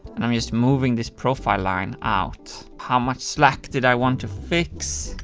and i'm just moving this profile line out. how much slack did i want to fix?